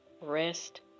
rest